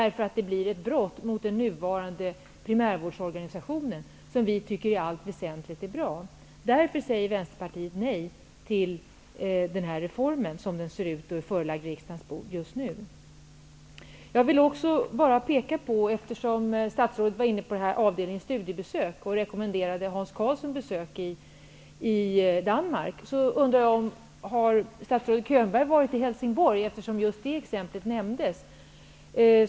Det kommer att bli ett brott mot den nuvarande primärvårdsorganisationen, som vi tycker i allt väsentligt är bra. Därför säger Vänsterpartiet nej till reformen som den ser ut just nu och som den har förelagts riksdagen. Statsrådet var inne på avdelningen studiebesök och rekommenderade Hans Karlsson ett besök i Danmark. Exemplet Helsingborg nämndes också.